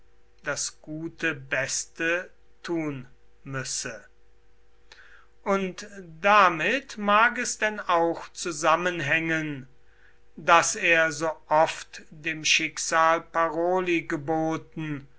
das gute beste tun müsse und damit mag es denn auch zusammenhängen daß er so oft dem schicksal paroli geboten